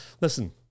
Listen